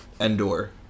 Endor